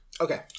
Okay